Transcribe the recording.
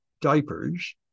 diapers